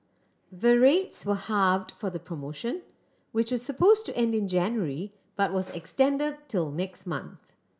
the rates were halved for the promotion which was suppose to end in January but was extended till next month